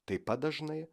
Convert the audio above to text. taip pat dažnai